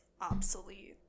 obsolete